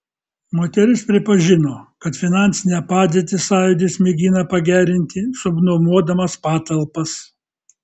moteris pripažino kad finansinę padėtį sąjūdis mėgina pagerinti subnuomodamas patalpas